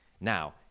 Now